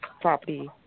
property